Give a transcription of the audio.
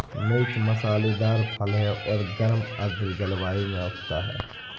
मिर्च मसालेदार फल है और गर्म आर्द्र जलवायु में उगता है